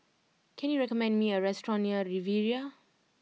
can you recommend me a restaurant near Riviera